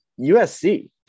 usc